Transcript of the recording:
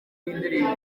yindirimbo